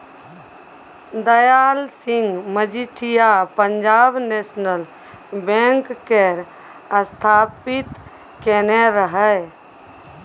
Dayal Singh Majithia Punjab National Bank केर स्थापित केने रहय